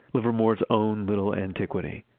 livermore's own little antiquity.